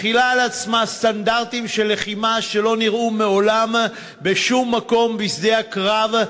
מחילה על עצמה סטנדרטים של לחימה שלא נראו מעולם בשום מקום בשדה הקרב,